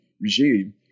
regime